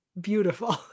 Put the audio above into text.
beautiful